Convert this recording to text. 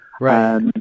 Right